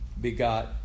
begot